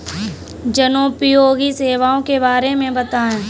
जनोपयोगी सेवाओं के बारे में बताएँ?